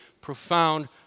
profound